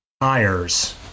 tires